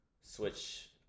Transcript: switch